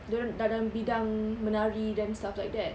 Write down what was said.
dorang dah dalam bidang menari dan stuff like that